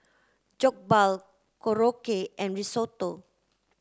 Jokbal Korokke and Risotto